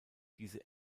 diese